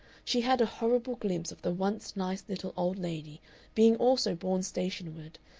she had a horrible glimpse of the once nice little old lady being also borne stationward,